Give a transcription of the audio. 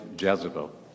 Jezebel